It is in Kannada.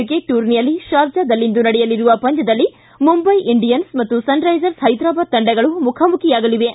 ಕ್ರಿಕೆಚ್ ಟೂರ್ನಿಯಲ್ಲಿ ಶಾರ್ಜಾದಲ್ಲಿಂದು ನಡೆಯಲಿರುವ ಪಂದ್ಜದಲ್ಲಿ ಮುಂಬೈ ಇಂಡಿಯನ್ಲಿ ಹಾಗೂ ಸನ್ರೈಸರ್ಸ್ ಹೈದರಾಬಾದ್ ತಂಡಗಳು ಮುಖಾಮುಖಿಯಾಗಲಿವೆ